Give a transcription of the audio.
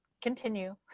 continue